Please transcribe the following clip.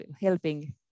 helping